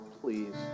please